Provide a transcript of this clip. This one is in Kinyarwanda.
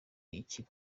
ikiba